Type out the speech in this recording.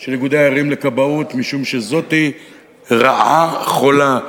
של איגודי הערים לכבאות, משום שזאת רעה חולה.